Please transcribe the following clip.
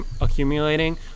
accumulating